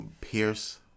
Pierce